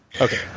Okay